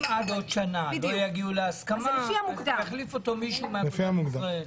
אם עד עוד שנה לא יגיעו להסכמה יחליף אותו מישהו מאגודת ישראל.